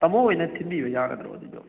ꯇꯥꯃꯣ ꯍꯣꯏꯅ ꯊꯤꯟꯕꯤꯕ ꯌꯥꯒꯗ꯭ꯔꯣ ꯑꯗꯨꯗꯣ